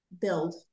build